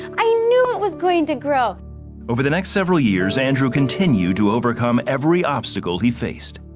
i knew it was going to grow over the next several years, andrew continued to overcome every obstacle he faced.